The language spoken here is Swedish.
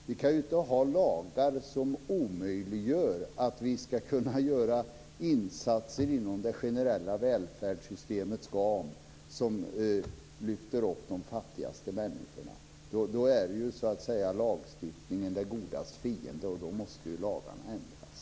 Vi kan inte ha lagar som omöjliggör för oss att göra insatser inom det generella välfärdssystemets ram som lyfter upp de fattigaste människorna. Då är lagstiftningen det godas fiende, och då måste lagarna ändras.